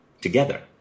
together